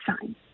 sign